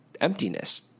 emptiness